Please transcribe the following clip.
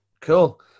cool